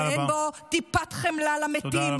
אבל אין בו טיפת חמלה למתים,